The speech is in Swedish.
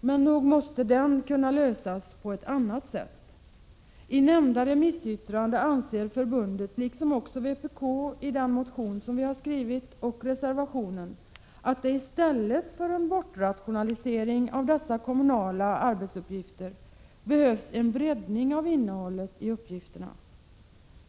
men de måste kunna lösas på annat sätt. I nämnda remissyttrande anser förbundet, liksom också vpk i motionen och reservationen, att det i stället för en bortrationalisering av dessa kommunala uppgifter behövs en breddning av innehållet i arbetsuppgifterna.